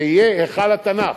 זה יהיה היכל התנ"ך.